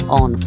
on